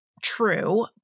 true